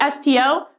STO